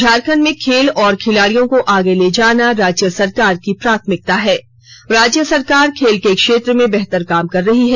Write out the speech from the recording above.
झारखंड में खेल और खिलाड़ियों को आगे ले जाना राज्य सरकार की प्राथमिकता है राज्य सरकार खेल के क्षेत्र में बेहतर काम कर रही है